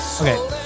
Okay